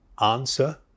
answer